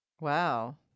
Wow